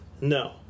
No